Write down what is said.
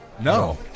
No